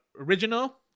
original